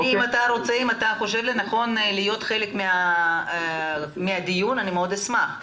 אם אתה חושב לנכון להיות חלק מן הדיון אני אשמח מאוד,